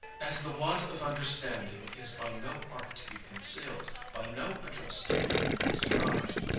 as the want of understanding is by no art to be concealed, by no address to be disguised,